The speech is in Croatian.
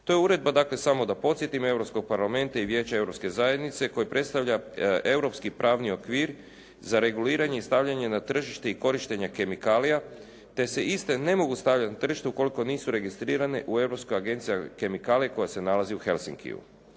To je uredba, dakle samo da podsjetim Europskog parlamenta i Vijeća Europske zajednice koja predstavlja europski pravni okvir za reguliranje i stavljanje na tržište i korištenje kemikalija te se iste ne mogu stavljati na tržište ukoliko nisu registrirane u Europskoj agenciji za kemikalije koja se nalazi u Helsinkiu.